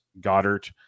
Goddard